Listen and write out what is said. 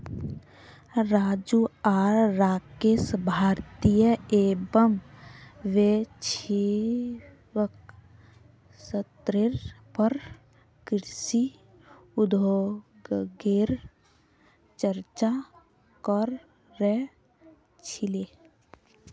राजू आर राकेश भारतीय एवं वैश्विक स्तरेर पर कृषि उद्योगगेर चर्चा क र छीले